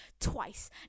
twice